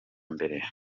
mbere